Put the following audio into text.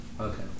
Okay